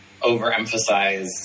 overemphasize